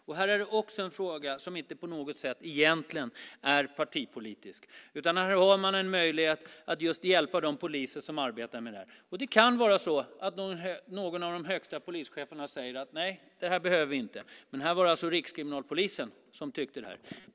Frågan är egentligen inte på något sätt partipolitisk, utan här har man en möjlighet att hjälpa just de poliser som arbetar med detta. Någon av de högsta polischeferna kan säga att nej, det här behöver vi inte, men citatet kom alltså från Rikskriminalpolisen som tyckte detta.